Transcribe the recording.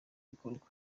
bikorwa